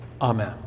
Amen